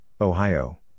Ohio